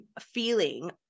feeling